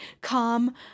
calm